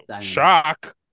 Shock